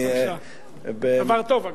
דבר טוב,